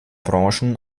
branchen